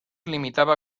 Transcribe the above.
limitaba